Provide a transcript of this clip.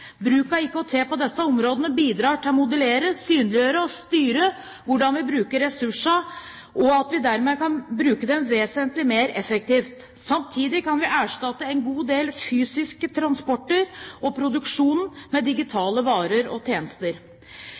Bruk av IKT på disse områdene bidrar til å modellere, synliggjøre og styre hvordan vi bruker ressursene, slik at vi dermed kan bruke dem vesentlig mer effektivt. Samtidig kan vi erstatte en god del av den fysiske transporten og produksjonen med digitale varer og tjenester.